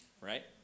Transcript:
Right